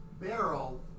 barrel